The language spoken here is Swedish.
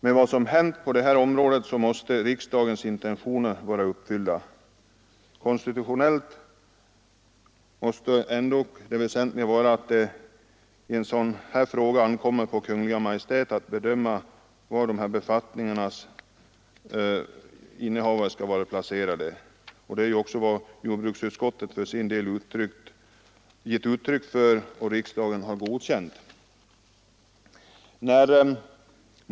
Med vad som hänt på detta område måste riksdagens intentioner vara Riksdagens uppfyllda. Konstitutionellt måste det väsentliga ändå vara att det i en skrivelser till Kungl. Maj:t sådan här fråga ankommer på Kungl. Maj:t att bedöma var dessa befattningshavare skall vara placerade. Det har också jordbruksutskottet i år, JoU 1974:1, för sin del givit uttryck för, och riksdagen har godkänt det.